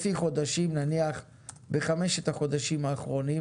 לפי חודשים, נניח, בחמשת החודשים האחרונים.